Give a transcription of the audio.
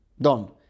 done